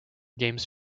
games